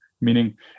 Meaning